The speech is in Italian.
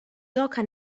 gioca